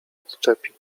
odczepi